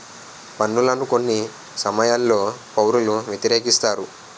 పన్నులను కొన్ని సమయాల్లో పౌరులు వ్యతిరేకిస్తారు